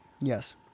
Yes